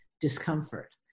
discomfort